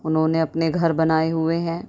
انہوں نے اپنے گھر بنائے ہوئے ہیں